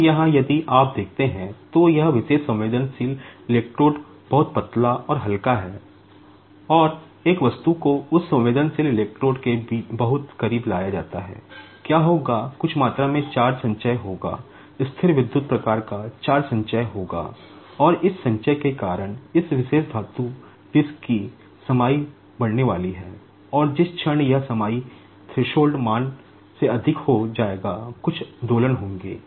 अब यहाँ यदि आप देखते हैं तो यह विशेष सेंसेटिव इलेक्ट्रोड मान से अधिक हो जाएगा कुछ दोलन होंगे